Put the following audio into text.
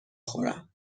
خورم